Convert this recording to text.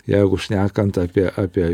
jeigu šnekant apie apie